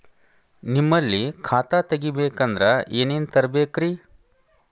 ನಿಮ್ಮಲ್ಲಿ ಖಾತಾ ತೆಗಿಬೇಕಂದ್ರ ಏನೇನ ತರಬೇಕ್ರಿ?